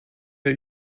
der